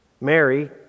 Mary